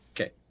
Okay